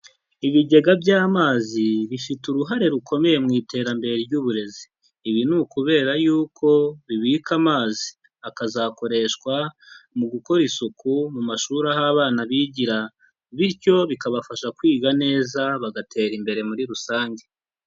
Ibigega by'amazi bifite uruhare rukomeye mu iterambere ry'uburezi, ibi ni ukubera yuko bibika amazi, akazakoreshwa mu gukora isuku mu mashuri aho abana bigira, bityo bikabafasha kwiga neza bagatera imbere muri rusange.